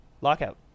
Lockout